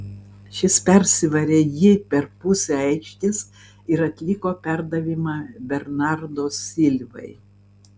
šis persivarė jį per pusę aikštės ir atliko perdavimą bernardo silvai